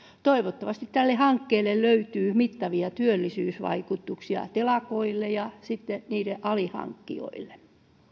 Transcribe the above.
toivottavasti tälle hankkeelle löytyy mittavia työllisyysvaikutuksia telakoille ja sitten niiden alihankkijoille